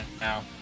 now